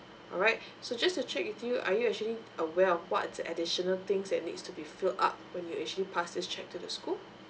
alright so just to check with you are you actually aware of what's the additional things that needs to be fill up when you actually pass this check to the school